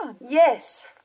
Yes